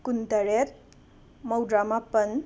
ꯀꯨꯟꯇꯔꯦꯠ ꯃꯧꯗ꯭ꯔꯥꯃꯥꯄꯟ